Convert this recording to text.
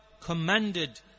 commanded